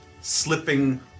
slipping